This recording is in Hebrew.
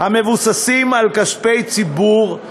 המבוססים על כספי ציבור,